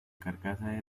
carcasa